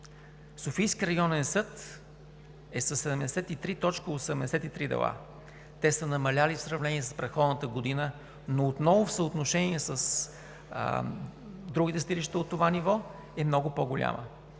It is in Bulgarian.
Софийският районен съд е със 73,83 дела. Те са намалели в сравнение с предходната година, но отново в съотношение с другите съдилища от това ниво е много по-голяма.